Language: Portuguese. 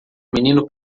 menino